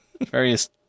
Various